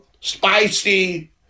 spicy